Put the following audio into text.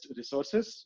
resources